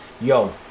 yo